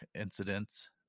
incidents